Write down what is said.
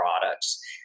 products